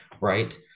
right